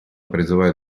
призывает